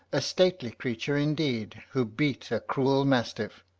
a stately creature, indeed, who beat a cruel mastiff.